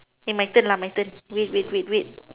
eh my turn lah my turn wait wait wait wait